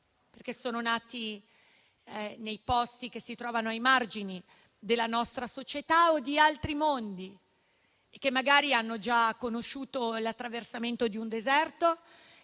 Sono nati in luoghi che si trovano ai margini della nostra società o di altri mondi. Magari hanno già conosciuto l'attraversamento di un deserto